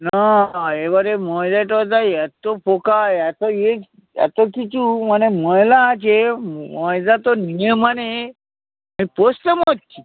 না এবারে ময়দাটা টয়দায় এতো পোকা এত ইয়ে এত কিছু মানে ময়লা আছে ময়দা তো নিয়ে মানে